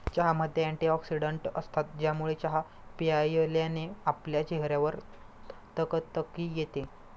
चहामध्ये अँटीऑक्सिडन्टस असतात, ज्यामुळे चहा प्यायल्याने आपल्या चेहऱ्यावर तकतकी येते